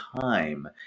time